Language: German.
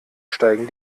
steigen